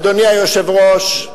אדוני היושב-ראש,